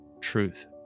truth